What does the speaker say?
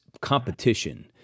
competition